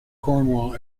cornwall